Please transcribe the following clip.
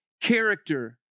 character